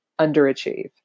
underachieve